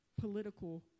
political